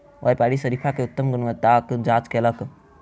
व्यापारी शरीफा के उत्तम गुणवत्ताक जांच कयलक